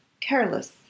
careless